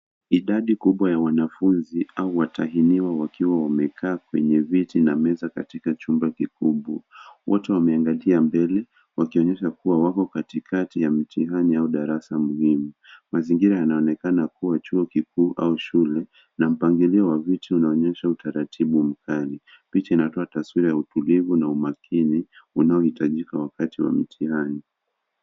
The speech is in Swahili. Idadi kubwa ya wanafunzi au watahiniwa wakiwa wamekaa kwenye viti na meza katika chumba kikubwa. Wote wameangalia mbele wakionyesha kuwa wako katikati ya mitihani au darasa muhimu. Mazingira yanaonekana kuwa chuo kikuu au shule, na mpangilio wa viti unaonyesha utaratibu mkali. Picha inatoa taswira ya utulivu na umakini unaohitajika wakati wa mihani.